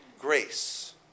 grace